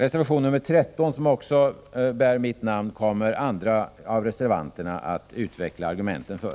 Reservation nr 13, som också bär mitt namn, kommer andra av reservanterna att utveckla argumenten för.